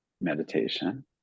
meditation